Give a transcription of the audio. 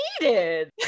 needed